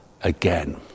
again